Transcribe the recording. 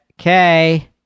Okay